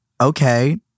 okay